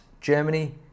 Germany